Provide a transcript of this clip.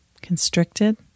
constricted